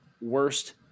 worst